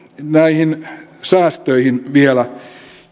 näihin säästöihin vielä